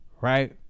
right